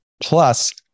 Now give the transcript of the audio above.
plus